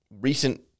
recent